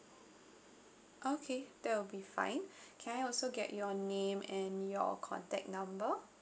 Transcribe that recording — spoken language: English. okay that will be fine can I also get your name and your contact number